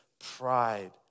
pride